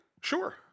Sure